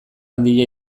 handia